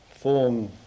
form